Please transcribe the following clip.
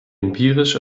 empirisch